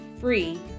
free